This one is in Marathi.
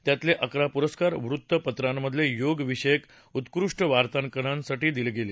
त्यातले अकरा पुरस्कार वृत्तपत्रांमधल्या योग विषयक उत्कृष्ट वार्ताकनासाठी दिले आहेत